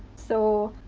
so,